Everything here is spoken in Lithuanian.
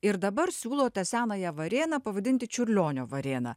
ir dabar siūlote senąją varėną pavadinti čiurlionio varėna